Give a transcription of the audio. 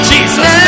Jesus